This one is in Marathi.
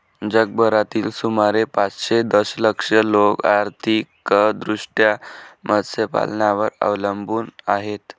जगभरातील सुमारे पाचशे दशलक्ष लोक आर्थिकदृष्ट्या मत्स्यपालनावर अवलंबून आहेत